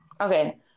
Okay